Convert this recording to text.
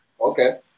Okay